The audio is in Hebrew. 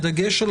לא בדגש על